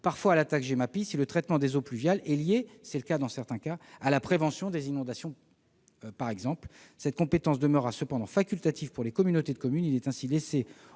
voire à la taxe Gemapi, si le traitement des eaux pluviales est lié, comme c'est parfois le cas, à la prévention des inondations par exemple. Cette compétence demeurera cependant facultative pour les communautés de communes. Il est ainsi laissé